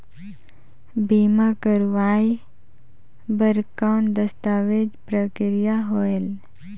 बीमा करवाय बार कौन दस्तावेज प्रक्रिया होएल?